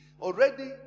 Already